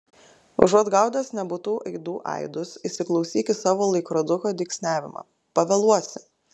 užuot gaudęs nebūtų aidų aidus įsiklausyk į savo laikroduko dygsniavimą pavėluosi